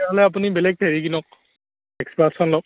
তেনেহ'লে আপুনি বেলেগ হেৰি কৰক এক্সপাল্ছখন লওঁক